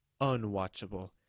unwatchable